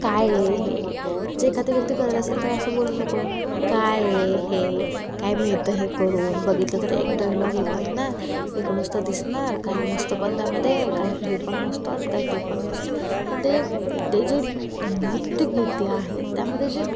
काय आहे हे जे एखादं व्यक्ती करत असेल तर असं बोलून मोकळं होणार काय आहे हे काय मिळतं हे करून बघितलं तर एक डायलॉग एक मिळणार एक नुसतं दिसणार काय नसतं पण त्यामध्ये काय हे पण नसतं आणि काय ते पण नसतं पण ते ते जे नृत्यगीते आहेत त्यामध्ये जे